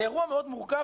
זה אירוע מאוד מורכב,